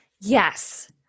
Yes